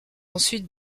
ensuite